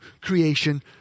creation